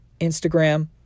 Instagram